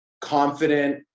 confident